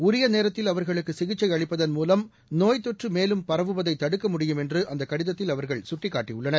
உரிய நேரத்தில் அவர்களுக்கு சிகிச்சை அளிப்பதன் மூலம் நோய்த் தொற்று மேலும் பரவுவதை தடுக்க முடியும் என்று அந்த கடிதத்தில் அவர்கள் சுட்டிக்காட்டியுள்ளனர்